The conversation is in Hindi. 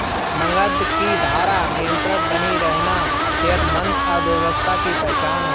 नकद की धारा निरंतर बनी रहना सेहतमंद अर्थव्यवस्था की पहचान है